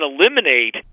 eliminate